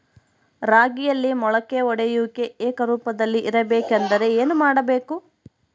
ರಾಗಿಯಲ್ಲಿ ಮೊಳಕೆ ಒಡೆಯುವಿಕೆ ಏಕರೂಪದಲ್ಲಿ ಇರಬೇಕೆಂದರೆ ಏನು ಮಾಡಬೇಕು?